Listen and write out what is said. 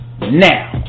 now